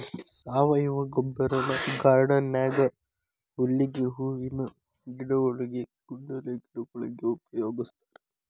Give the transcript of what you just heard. ಸಾವಯವ ಗೊಬ್ಬರನ ಗಾರ್ಡನ್ ನ್ಯಾಗ ಹುಲ್ಲಿಗೆ, ಹೂವಿನ ಗಿಡಗೊಳಿಗೆ, ಕುಂಡಲೆ ಗಿಡಗೊಳಿಗೆ ಉಪಯೋಗಸ್ತಾರ